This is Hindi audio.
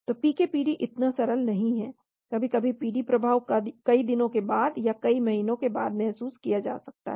तो पीके पीडी इतना सरल नहीं है कभी कभी पीडी प्रभाव कई दिनों के बाद या कई महीनों के बाद महसूस किया जा सकता है